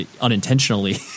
unintentionally